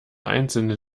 einzelne